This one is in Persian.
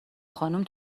خانوم